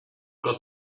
got